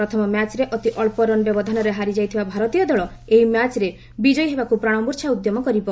ପ୍ରଥମ ମ୍ୟାଚ୍ରେ ଅତି ଅକ୍ଷ ରନ୍ ବ୍ୟବଧାନରେ ହାରିଯାଇଥିବା ଭାରତୀୟ ଦଳ ଏହି ମ୍ୟାଚ୍ରେ ବିକୟୀ ହେବାକୁ ପ୍ରାଣମୂର୍ଚ୍ଛା ଉଦ୍ୟମ କରିବ